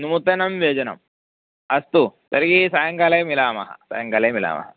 नूतनं व्यजनम् अस्तु तर्हि सायङ्काले मिलामः सायङ्काले मिलामः